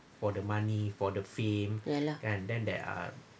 ya lah